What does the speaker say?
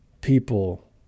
people